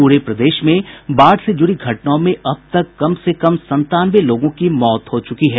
पूरे प्रदेश में बाढ़ से जुड़ी घटनाओं में अब तक संतानवे लोगों की मौत हो चुकी है